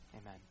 Amen